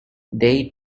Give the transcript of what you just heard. they